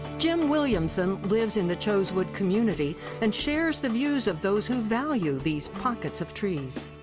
jim williamson lives in the chosewood community and shares the views of those who value these pockets of trees.